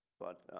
but